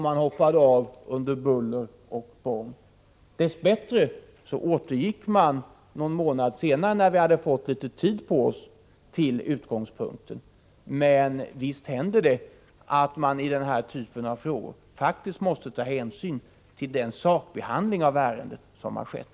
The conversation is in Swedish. De hoppade av under buller och bång, men dess bättre återgick de till utgångspunkten någon månad senare, när vi hade fått litet mera tid på oss. Men visst händer det när det gäller den här typen av frågor att man faktiskt måste ta hänsyn till den sakbehandling av ärendet som skett.